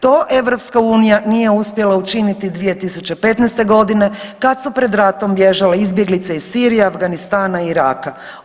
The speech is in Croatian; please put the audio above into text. To EU nije uspjela učiniti 2015. godine kad su pred ratom bježale izbjeglice iz Sirije, Afganistana i Iraka.